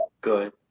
good